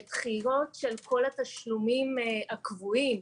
לדחיות של כל התשלומים הקבועים,